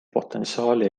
potentsiaali